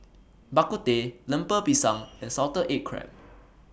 Bak Kut Teh Lemper Pisang and Salted Egg Crab